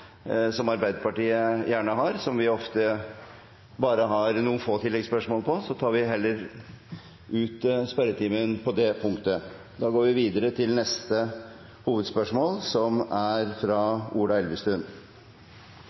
som Arbeiderpartiet gjerne har, der vi ofte bare har noen få oppfølgingsspørsmål. Derfor tar vi ut de resterende spørsmål fra spørretimen. Da går vi videre til neste hovedspørsmål, som er fra Ola Elvestuen.